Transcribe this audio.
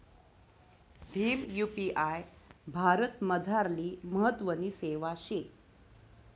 Bhim UPI भारतमझारली महत्वनी सेवा शे